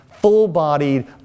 full-bodied